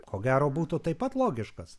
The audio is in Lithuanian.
ko gero būtų taip pat logiškas